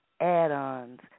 Add-ons